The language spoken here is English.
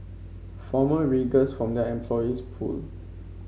former riggers form their employees pool